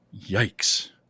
yikes